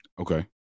Okay